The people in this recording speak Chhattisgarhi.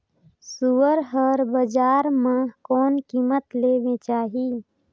सुअर हर बजार मां कोन कीमत ले बेचाही?